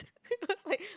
I was like